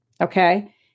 Okay